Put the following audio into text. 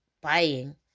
buying